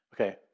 Okay